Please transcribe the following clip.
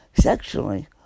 sexually